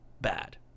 bad